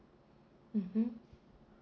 mmhmm